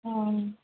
অঁ